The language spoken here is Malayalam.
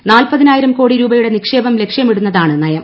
യിൽ നാൽപതിനായിരം കോടി രൂപയുടെ നിക്ഷേപഠ ലക്ഷ്യമിടുന്നതാണ് നയം